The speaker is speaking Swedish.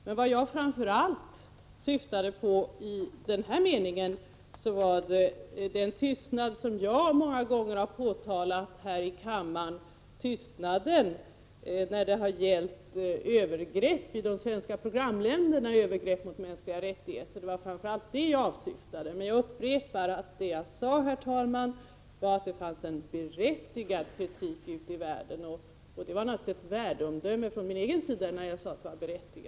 Men vad jag framför allt syftade på i den här meningen var den tystnad som jag många gånger har påtalat här i kammaren: tystnaden när det har gällt övergrepp mot mänskliga rättigheter i de svenska programländerna. Det var framför allt det jag åsyftade. Men jag upprepar att det jag sade var att det fanns en berättigad kritik ute i världen. Att jag sade att kritiken var berättigad var naturligtvis ett värdeomdöme från min egen sida.